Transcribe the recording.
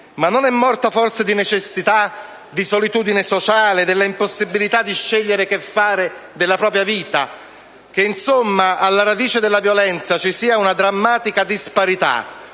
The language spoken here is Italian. ma non è morta forse di necessità, di solitudine sociale, della impossibilità di scegliere che fare della propria vita? Insomma, che alla radice della violenza vi sia una drammatica disparità,